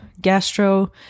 gastro